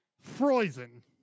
frozen